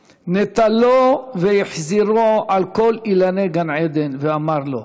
נטלו והחזירו על כל אילני גן עדן ואמר לו: